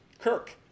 Kirk